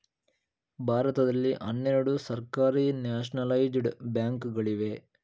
ಭಾರತದಲ್ಲಿ ಹನ್ನೆರಡು ಸರ್ಕಾರಿ ನ್ಯಾಷನಲೈಜಡ ಬ್ಯಾಂಕ್ ಗಳಿವೆ